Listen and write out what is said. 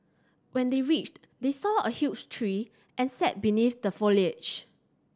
when they reached they saw a huge tree and sat beneath the foliage